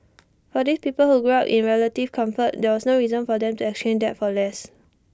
for these people who grew up in relative comfort there was no reason for them to exchange that for less